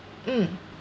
mm